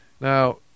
Now